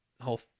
whole